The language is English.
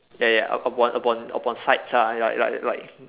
ya ya upon upon upon sights ah like like like